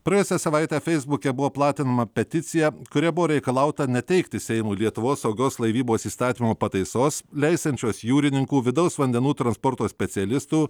praėjusią savaitę feisbuke buvo platinama peticija kuria buvo reikalauta neteikti seimui lietuvos saugios laivybos įstatymo pataisos leisiančios jūrininkų vidaus vandenų transporto specialistų